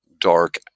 dark